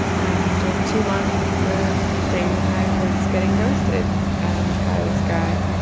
after two months of dating, i was getting ghosted by this guy.